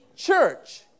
church